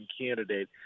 candidate